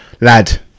Lad